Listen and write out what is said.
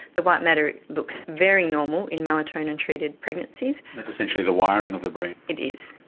the white matter looks very normal in melatonin treated pregnancies. that's essentially the wiring of the brain? it is.